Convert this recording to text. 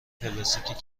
پلاستیک